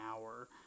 hour